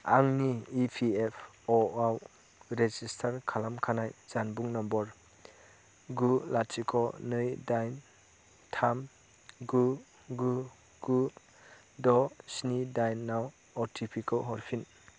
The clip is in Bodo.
आंनि इ पि एफ अ' आव रेजिस्टार खालामखानाय जानबुं नम्बर गु लाथिख' नै दाइन थाम गु गु गु द' स्नि दाइनआव अ टि पि खौ हरफिन